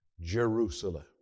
Jerusalem